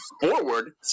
forward